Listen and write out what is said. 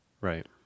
Right